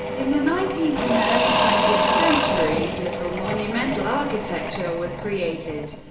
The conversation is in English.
in the nineteenth and early twentieth centuries, little monumental architecture was created,